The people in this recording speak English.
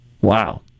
Wow